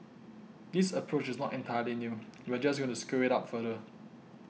this approach is not entirely new we are just going to scale it up further